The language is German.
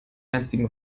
einstigen